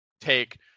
take